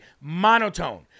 monotone